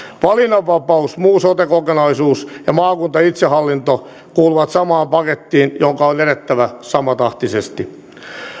valinnanvapaus muu sote kokonaisuus ja maakuntaitsehallinto kuuluvat samaan pakettiin jonka on edettävä samatahtisesti